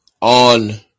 on